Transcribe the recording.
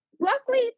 luckily